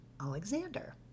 Alexander